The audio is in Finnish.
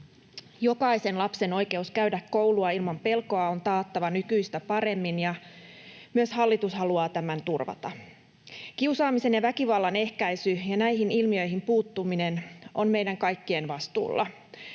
Jokaisen lapsen oikeus käydä koulua ilman pelkoa on taattava nykyistä paremmin, ja myös hallitus haluaa tämän turvata. Kiusaamisen ja väkivallan ehkäisy ja näihin ilmiöihin puuttuminen on meidän kaikkien vastuulla.